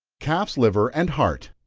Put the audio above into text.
calf's liver and heart.